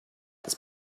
this